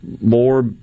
more